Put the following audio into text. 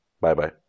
Bye-bye